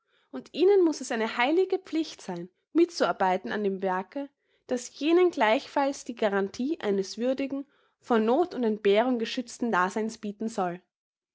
und ihnen muß es eine heilige pflicht sein mitzuarbeiten an dem werke das jenen gleichfalls die garantie eines würdigen vor noth und entbehrung geschützten daseins bieten soll